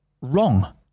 wrong